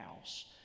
house